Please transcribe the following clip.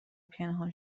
پنهان